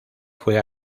fue